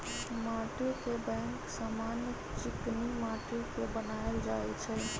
माटीके बैंक समान्य चीकनि माटि के बनायल जाइ छइ